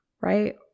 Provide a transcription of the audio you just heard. right